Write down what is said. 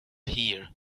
here